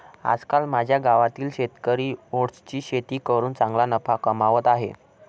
आजकाल माझ्या गावातील शेतकरी ओट्सची शेती करून चांगला नफा कमावत आहेत